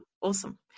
Awesome